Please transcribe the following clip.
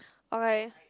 okay